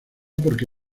porque